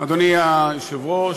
אדוני היושב-ראש,